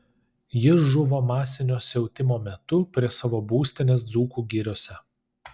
jis žuvo masinio siautimo metu prie savo būstinės dzūkų giriose